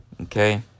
Okay